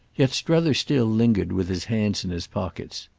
yet strether still lingered with his hands in his pockets.